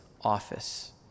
office